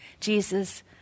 Jesus